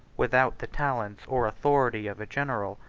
without the talents or authority, of a general,